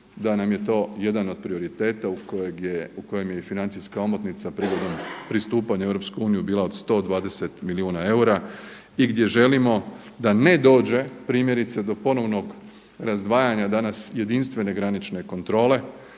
da nam je to jedan od prioriteta u kojem je i financijska omotnica prigodom pristupanja u EU bila od 120 milijuna eura i gdje želimo da ne dođe primjerice do ponovnog razdvajanja danas jedinstvene granične kontrole